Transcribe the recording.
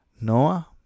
Noah